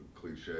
cliche